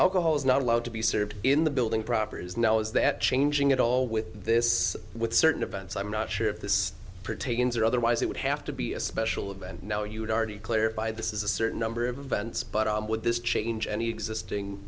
alcohol is not allowed to be served in the building proper is now is that changing at all with this with certain events i'm not sure if this pertains or otherwise it would have to be a special event now you would already clear by this is a certain number events but i would this change any existing